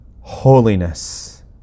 holiness